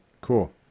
Cool